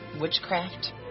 Witchcraft